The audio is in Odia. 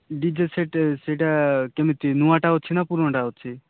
ଡ଼ି ଜେ ସେଟ୍ ସେଇଟା କେମିତି ନୂଆଟା ଅଛି ନା ପୁରୁଣାଟା ଅଛି